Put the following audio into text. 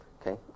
Okay